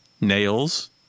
nails